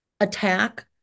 attack